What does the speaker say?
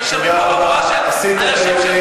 יושבת חבורה של אנשים,